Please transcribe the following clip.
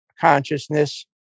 consciousness